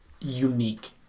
unique